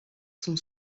sont